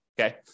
Okay